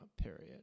period